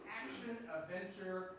action-adventure